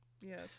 yes